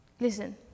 listen